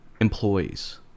employees